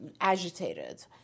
agitated